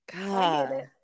God